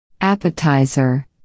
Appetizer